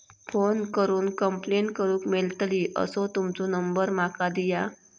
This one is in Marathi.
फोन करून कंप्लेंट करूक मेलतली असो तुमचो नंबर माका दिया?